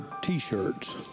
t-shirts